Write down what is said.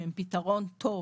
הם פתרון טוב